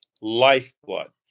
lifeblood